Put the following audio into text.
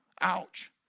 Ouch